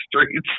streets